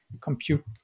compute